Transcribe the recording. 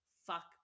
fuck